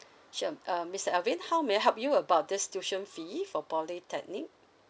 sure uh mister alvin how may I help you about this tuition fee for polytechnic